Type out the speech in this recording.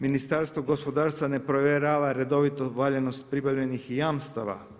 Ministarstvo gospodarstva ne provjerava redovito valjanost pribavljenih ni jamstava.